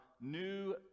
new